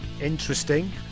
interesting